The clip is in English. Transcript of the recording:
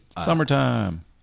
Summertime